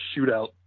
shootout